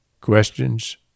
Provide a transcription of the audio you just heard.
Questions